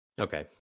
Okay